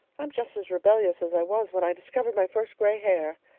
i'm just as rebellious as i was when i discovered my first gray hair.